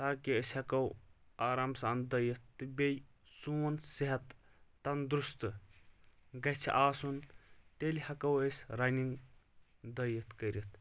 تاکہِ أسۍ ہٮ۪کو آرام سان دٔیِتھ تہٕ بیٚیہِ سون صحت تندرُستہٕ گژھِ آسُن تیٚلہِ ہٮ۪کو أسۍ رننٛگ دٔیِتھ کٔرتھ